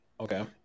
Okay